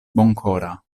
bonkora